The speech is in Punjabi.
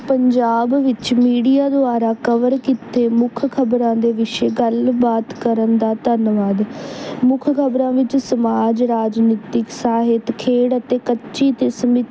ਪੰਜਾਬ ਵਿੱਚ ਮੀਡੀਆ ਦੁਆਰਾ ਕਵਰ ਕੀਤੇ ਮੁੱਖ ਖ਼ਬਰਾਂ ਦੇ ਵਿਸ਼ੇ ਗੱਲਬਾਤ ਕਰਨ ਦਾ ਧੰਨਵਾਦ ਮੁੱਖ ਖ਼ਬਰਾਂ ਵਿੱਚ ਸਮਾਜ ਰਾਜਨੀਤੀ ਸਾਹਿਤ ਖੇਡ ਅਤੇ ਕੱਚੀ ਤਸਮਿ